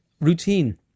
routine